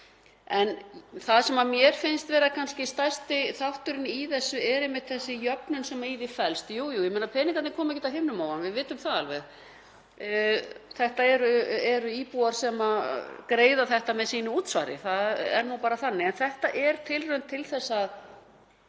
Það sem mér finnst vera kannski stærsti þátturinn í þessu er einmitt jöfnunin sem í þessu felst. Jú, jú, peningarnir koma ekki af himnum ofan, við vitum það alveg. Það eru íbúar sem greiða þetta með sínu útsvari, það er nú bara þannig. En þetta er tilraun til að